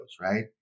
right